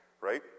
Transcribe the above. Right